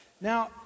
Now